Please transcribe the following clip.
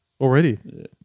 Already